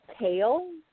tail